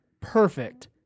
Perfect